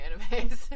animes